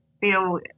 feel